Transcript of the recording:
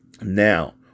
Now